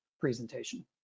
presentation